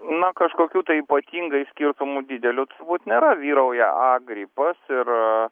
na kažkokių tai ypatingai skirtumų didelių turbūt nėra vyrauja a gripas ir